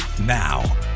now